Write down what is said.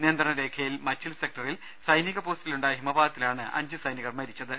നിയന്ത്രണ രേഖയിൽ മച്ചിൽ സെക്ടറിൽ സൈനിക പോസ്റ്റിലുണ്ടായ ഹിമപാതത്തിലാണ് അഞ്ചു സൈനികർ മരിച്ചത്